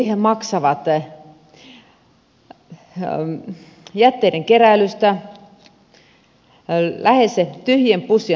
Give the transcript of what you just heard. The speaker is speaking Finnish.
silti he maksavat jätteiden keräilystä lähes tyhjien pussien hakemisesta